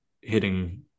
hitting